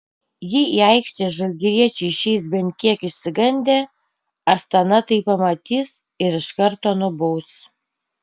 jei į aikštę žalgiriečiai išeis bent kiek išsigandę astana tai pamatys ir iš karto nubaus